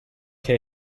que